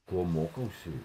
ko mokausi